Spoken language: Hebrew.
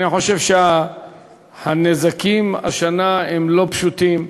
אני חושב שהנזקים השנה הם לא פשוטים.